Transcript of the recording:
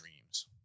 dreams